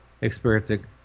experiencing